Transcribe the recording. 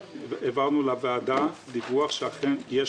העברנו לוועדה דיווח על כך שאכן יש